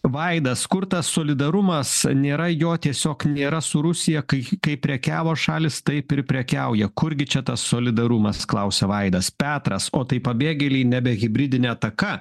vaida skurtas solidarumas nėra jo tiesiog nėra su rusija kai kaip prekiavo šalys taip ir prekiauja kurgi čia tas solidarumas klausia vaidas petras o tai pabėgėliai nebe hibridine ataka